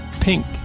pink